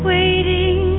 Waiting